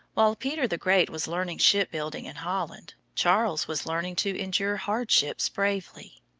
while peter the great was learning shipbuilding in holland, charles was learning to endure hardships bravely.